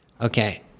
Okay